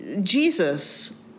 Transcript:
Jesus